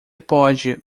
pode